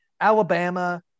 Alabama